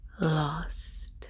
lost